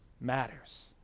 matters